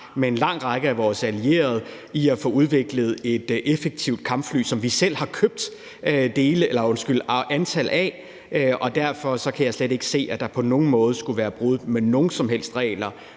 med en lang række af vores allierede i forhold til at få udviklet nogle effektive kampfly, som vi selv har købt et antal af. Derfor kan jeg slet ikke se, at der på nogen måde skulle være et brud med nogen som helst regler,